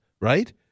right